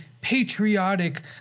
patriotic